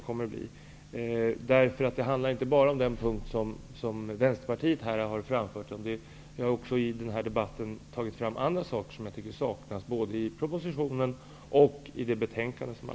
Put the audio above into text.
Det gäller nämligen inte bara den fråga som Vänsterpartiet har tagit upp i sin meningsyttring. Det är en hel del andra saker som borde ha varit med både i utskottsbetänkandet och i propositionen.